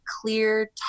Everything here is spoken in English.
clear